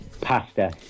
Pasta